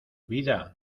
vida